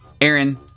Aaron